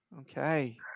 Okay